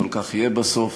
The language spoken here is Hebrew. אבל כך יהיה בסוף.